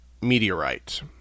meteorite